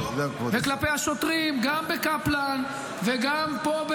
וכלפי השוטרים גם בקפלן וגם פה,